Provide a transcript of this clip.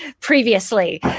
previously